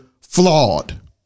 flawed